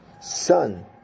son